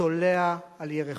צולע על ירכו.